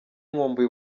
nkumbuye